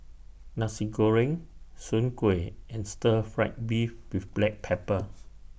Nasi Goreng Soon Kuih and Stir Fried Beef with Black Pepper